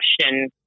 question